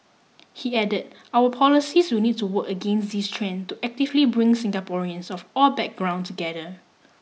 he added our policies will need to work against this trend to actively bring Singaporeans of all background together